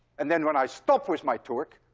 and then when i stop with my torque,